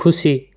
ખુશી